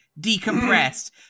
decompressed